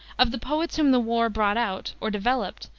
of the poets whom the war brought out, or developed,